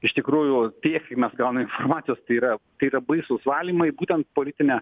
iš tikrųjų tiek kiek mes gaunam informacijos tai yra tai yra baisūs valymai būtent politine